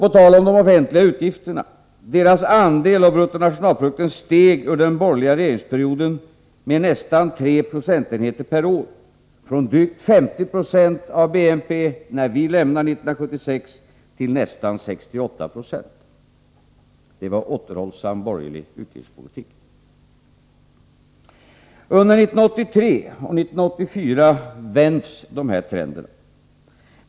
På tal om de offentliga utgifterna kan jag nämna att deras andel av bruttonationalprodukten steg under den borgerliga regeringsperioden med nästan 3 procentenheter per år — från drygt 50 26 av bruttonationalprodukten när vi 1976 lämnade regeringen till nästan 68 20. Det var återhållsam borgerlig utgiftspolitik. Under 1983 och 1984 vänds dessa trender.